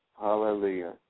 Hallelujah